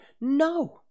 No